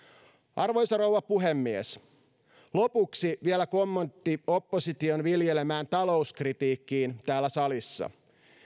arvoisa rouva puhemies lopuksi vielä kommentti opposition viljelemään talouskritiikkiin täällä salissa